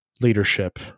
leadership